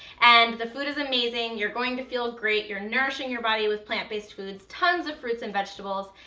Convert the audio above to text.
and the food is amazing, you're going to feel great, you're nourishing your body with plant-based foods, tons of fruits and vegetables,